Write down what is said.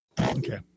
Okay